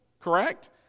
correct